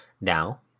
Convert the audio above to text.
now